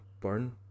burn